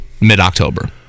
mid-October